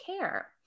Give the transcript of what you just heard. care